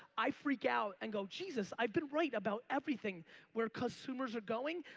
i freak out and go jesus i've been right about everything where consumers are going.